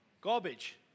garbage